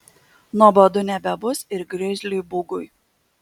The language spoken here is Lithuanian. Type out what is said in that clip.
nuobodu nebebus ir grizliui bugui